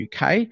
UK